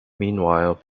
meanwhile